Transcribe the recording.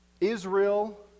Israel